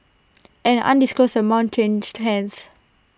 an undisclosed amount changed hands